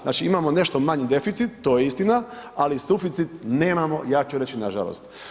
Znači imamo nešto manji deficit to je istina, ali suficit nemamo ja ću reći nažalost.